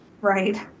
right